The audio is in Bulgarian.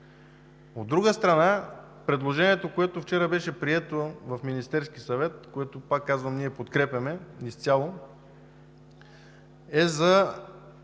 От друга страна, предложението, което вчера беше прието в Министерския съвет, което, пак казвам, ние подкрепяме изцяло, е за,